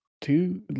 Two